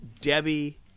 Debbie